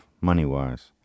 money-wise